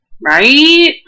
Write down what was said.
Right